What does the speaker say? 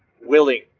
willing